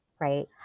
right